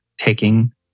taking